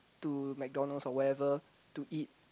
to McDonald's or where ever to eat